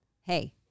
Hey